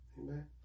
Amen